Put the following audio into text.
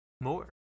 more